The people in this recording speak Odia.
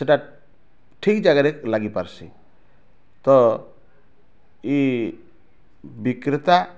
ସେଟା ଠିକ୍ ଜାଗାରେ ଲାଗି ପାରସି ତ ଇ ବିକ୍ରେତା